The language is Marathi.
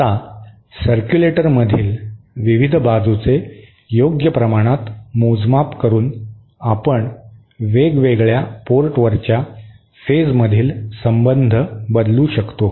आता सरक्यूलेटरमधील विविध बाजूचे योग्य प्रमाणात मोजमाप करुन आपण वेगवेगळ्या पोर्टवरच्या फेजमधील संबंध बदलू शकतो